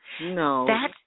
No